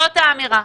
זאת האמירה.